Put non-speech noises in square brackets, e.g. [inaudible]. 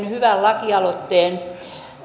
[unintelligible] hyvän lakialoitteen